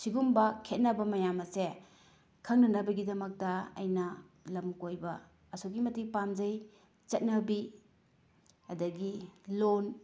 ꯁꯤꯒꯨꯝꯕ ꯈꯦꯅꯕ ꯃꯌꯥꯝ ꯑꯁꯦ ꯈꯪꯅꯅꯕꯒꯤꯗꯃꯛꯇ ꯑꯩꯅ ꯂꯝ ꯀꯣꯏꯕ ꯑꯁꯨꯛꯀꯤ ꯃꯇꯤꯛ ꯄꯥꯝꯖꯩ ꯆꯠꯅꯕꯤ ꯑꯗꯒꯤ ꯂꯣꯟ